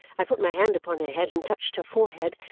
i put my hand upon her head, and touched her forehead,